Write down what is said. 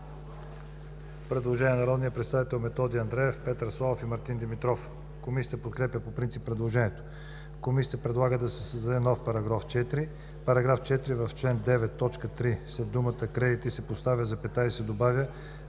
предложение от народните представители Методи Андреев, Петър Славов и Мартин Димитров. Комисията подкрепя по принцип предложението. Комисията предлага да се създаде нов § 4: „§ 4. В чл. 9, т. 3 след думата „кредити“ се поставя запетая и се добавя